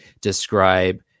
describe